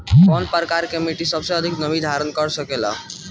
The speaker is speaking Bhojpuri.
कौन प्रकार की मिट्टी सबसे अधिक नमी धारण कर सकेला?